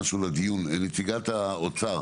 נציגת האוצר,